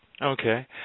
Okay